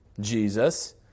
Jesus